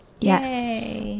Yes